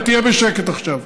ותהיה בשקט עכשיו.